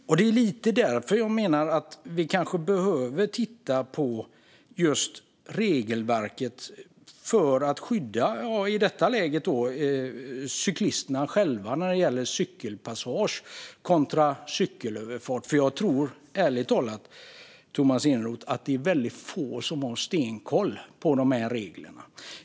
Jag menar alltså att vi kanske behöver titta på regelverket när det gäller cykelpassage kontra cykelöverfart just för att skydda cyklisterna själva, för jag tror ärligt talat, Tomas Eneroth, att det är väldigt få som har stenkoll på de reglerna.